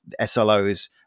SLOs